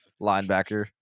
linebacker